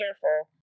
careful